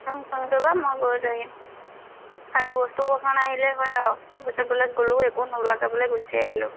তুমি ফোন কৰিবা মই গৈ লৈ আহিম খালী বস্তু পছন্দ আহিলে হয় আৰু পিছত বোলে গ'লোঁ একো নোলাৱাকৈ বোলে গুচি আহিলোঁ